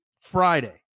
Friday